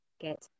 get